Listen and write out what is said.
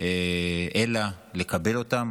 אלא לקבל אותם.